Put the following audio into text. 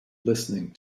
listening